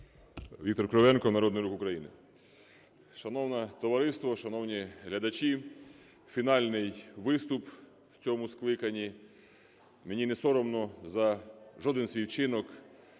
Віктор Кривенко, "Народний рух України". Шановне товариство, шановні глядачі, фінальний виступ в цьому скликанні. Мені не соромно за жоден свій вчинок,